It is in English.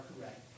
correct